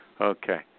Okay